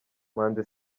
manzi